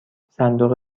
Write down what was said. صندوق